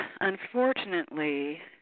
unfortunately